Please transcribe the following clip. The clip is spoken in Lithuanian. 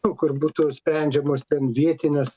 nu kur būtų sprendžiamos ten vietinės